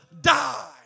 die